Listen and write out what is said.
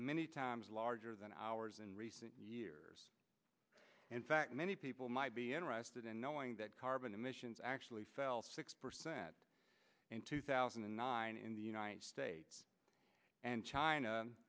many times larger than ours in recent years in fact many people might be interested in knowing that carbon emissions actually fell six percent in two thousand and nine in the united states and china